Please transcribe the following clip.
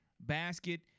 basket